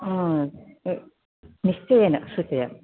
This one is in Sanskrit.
आम् निश्चयेन सूचयामि